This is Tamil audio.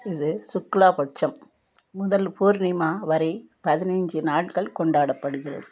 இது சுக்லா பட்சம் முதல் பூர்ணிமா வரை பதினைஞ்சி நாட்கள் கொண்டாடப்படுகிறது